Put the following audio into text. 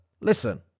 Listen